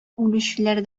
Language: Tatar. үлүчеләр